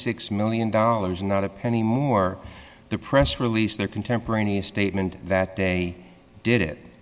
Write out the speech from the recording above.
six million dollars not a penny more the press release their contemporaneous statement that they did it